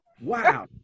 Wow